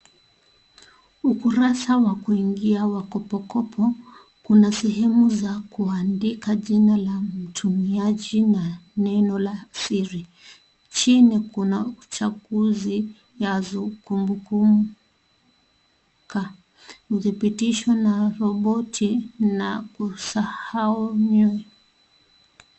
Ukurasa wa kuingia wa kopo kopo kuna sehemu za kuandika jina la mtumiaji na neno la siri, chini kuna uchaguzi, ya kukumbuka, kutibitishwa na roboti na kusahau nyu...